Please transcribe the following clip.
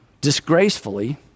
disgracefully